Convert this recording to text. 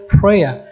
prayer